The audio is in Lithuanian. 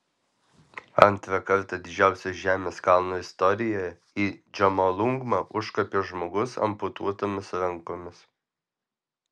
antrą kartą didžiausios žemės kalno istorijoje į džomolungmą užkopė žmogus amputuotomis rankomis